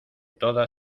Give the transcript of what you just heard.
toda